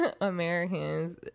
Americans